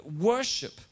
worship